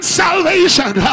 salvation